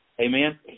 Amen